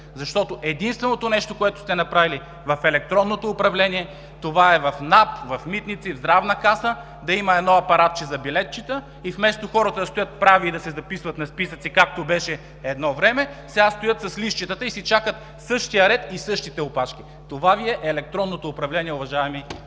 Защото единственото нещо, което сте направили в електронното управление, това е в НАП, Митници и в Здравна каса да има едно апаратче за билетчета и вместо хората да стоят прави и да се записват на списъци, както беше едно време, сега стоят с листчетата и си чакат същия ред и на същите опашки. Това Ви е електронното управление, уважаеми